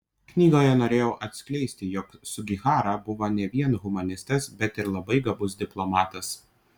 knygoje norėjau atskleisti jog sugihara buvo ne vien humanistas bet ir labai gabus diplomatas